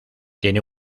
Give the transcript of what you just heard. tiene